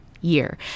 year